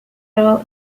role